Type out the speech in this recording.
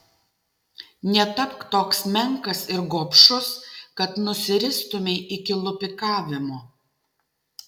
netapk toks menkas ir gobšus kad nusiristumei iki lupikavimo